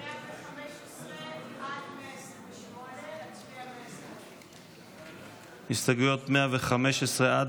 115 128. להצביע 129. הסתייגויות 115 128,